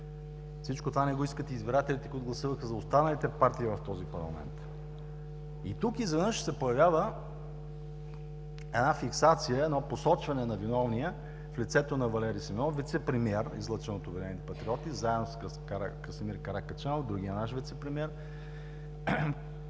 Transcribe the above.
Всичко това не го искат и избирателите, които гласуваха за останалите партии в този парламент. И тук изведнъж се появява една фиксация, едно посочване на виновния в лицето на Валери Симеонов – вицепремиер, излъчен от „Обединените патриоти“ заедно с Красимир Каракачанов – другият наш вицепремиер,